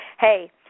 Hey